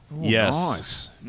Yes